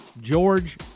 George